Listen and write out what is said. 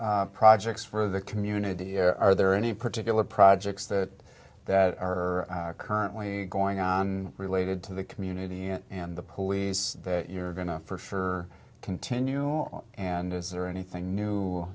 y projects for the community or are there any particular projects that that are currently going on related to the community and the police that you're going to offer for continue and is there anything new